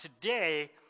Today